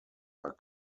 are